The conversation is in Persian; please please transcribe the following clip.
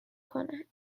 کنند